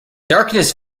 darkness